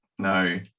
No